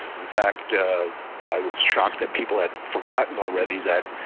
in fact i was shocked that people had forgotten already that